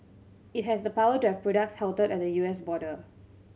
it has the power to have products halted at the U S border